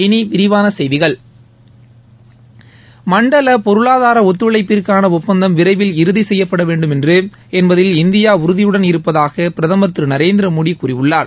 இனி விரிவான செய்திகள் மண்டல பொருளாதார ஒத்துழைப்பிற்கான ஒப்பந்தம் விரைவில் இறுதி செய்யப்பட வேண்டும் என்பதில் இந்தியா உறுதியுடன் இருப்பதாக பிரதமர் திரு நரேந்திரமோடி கூறியுள்ளார்